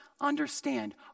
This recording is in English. understand